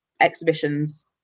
exhibitions